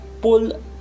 pull